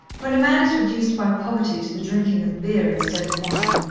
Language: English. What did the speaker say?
when a man is reduced by poverty to the drinking of beer instead of wine,